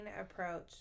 approach